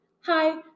Hi